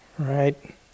Right